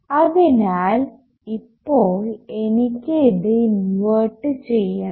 അതിനാൽ ഇപ്പോൾ എനിക്ക് ഇത് ഇൻവർട്ട് ചെയ്യണം